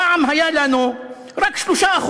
פעם היו לנו רק 3%,